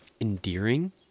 endearing